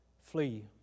flee